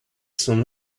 some